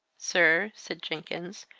sir, said jenkins,